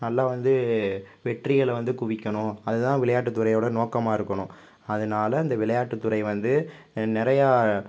நல்லா வந்து வெற்றிகள் வந்து குவிக்கணும் அது தான் விளையாட்டுத் துறையோட நோக்கமாக இருக்கணும் அதனால இந்த விளையாட்டு துறை வந்து நிறையா